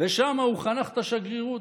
ושם הוא חנך את השגרירות.